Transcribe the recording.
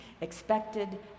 expected